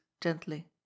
gently